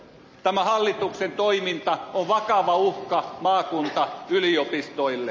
tämä hallituksen toiminta on vakava uhka maakuntayliopistoille